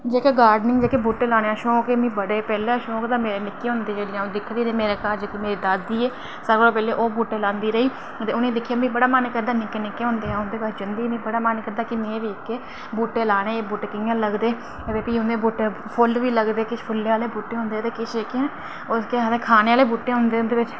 जेह्ड़े गार्डनिंग जेह्के बूह्टे लाने दा शौक ऐ मिगी बड़े पैह्लें दा शौक हा मिगी निक्के होंदे जेल्लै अ'ऊं दिखदी ते मेरे घर मेरी दादी ऐ सारें कोला पैह्लें ओह् बूह्टे लांदी रेही ते उटनेंगी दिक्खियै मेरा बड़ा मन करदा निक्के निक्के होंदे होई अऊ उंदे कश जंदी ही ते बड़ा मन करदा उनेंगी बूह्टे लांदे दिक्खियै कि बूह्टे कि'यां लगदे फ्ही उं'दे बूह्टें पर फुल्ल बी लगदे किश फुल्लें आह्ले बूह्टे होंदे ते किश जेह्के ओह् खाने आह्ले बूह्टे होंदे उंदे बिच